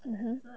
(uh huh)